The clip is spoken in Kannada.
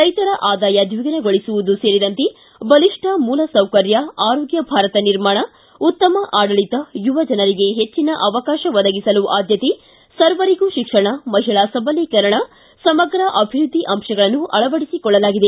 ರೈತರ ಆದಾಯ ದ್ವಿಗುಣಗೊಳಸುವುದು ಸೇರಿದಂತೆ ಬಲಿಷ್ಠ ಮೂಲ ಸೌಕರ್ಯ ಆರೋಗ್ಯ ಭಾರತ ನಿರ್ಮಾಣ ಉತ್ತಮ ಆಡಳಿತ ಯುವ ಜನರಿಗೆ ಹೆಚ್ಚಿನ ಅವಕಾಶ ಒದಗಿಸಲು ಆದ್ದತೆ ಸರ್ವರಿಗೂ ಶಿಕ್ಷಣ ಮಹಿಳಾ ಸಬಲೀಕರಣ ಸಮಗ್ರ ಅಭಿವೃದ್ದಿ ಅಂಶಗಳನ್ನು ಅಳವಡಿಸಿಕೊಳ್ಳಲಾಗಿದೆ